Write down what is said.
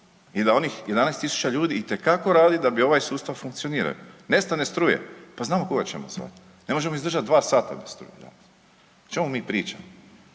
i da onih 11.000 ljudi itekako radi da bi ovaj sustav funkcionirao. Nestane struje pa znamo koga ćemo zvati, ne možemo izdržati 2 sata bez struje. O čemu mi pričamo?